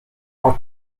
are